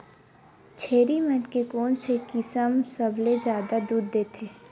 छेरी मन के कोन से किसम सबले जादा दूध देथे?